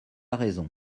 raison